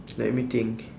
let me think